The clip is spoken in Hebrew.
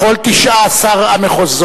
בכל 19 המחוזות,